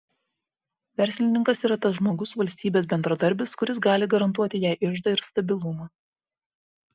verslininkas yra tas žmogus valstybės bendradarbis kuris gali garantuoti jai iždą ir stabilumą